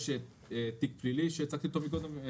יש תיק פלילי שנעשה, שהצגתי אותו קודם.